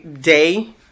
day